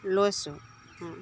লৈছোঁ